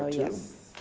yes.